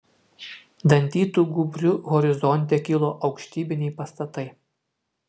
dantytu gūbriu horizonte kilo aukštybiniai pastatai